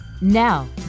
Now